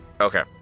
Okay